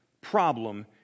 problem